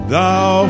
Thou